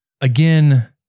Again